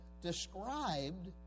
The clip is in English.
described